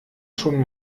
schon